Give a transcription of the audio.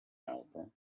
helper